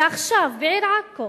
ועכשיו בעיר עכו